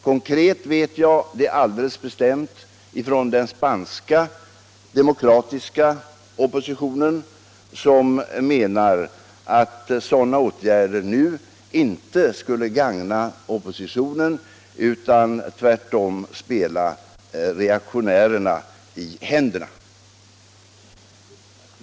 Konkret vet jag det alldeles bestämt från den spanska demokratiska oppositionen, som menar att sådana åtgärder nu inte skulle gagna oppositionen utan tvärtom spela reaktionärerna i händerna.